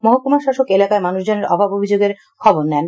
মহকুমা শাসক এলাকায় মানুষজনের অভাব অভিযোগের খবর নেন